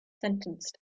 sentenced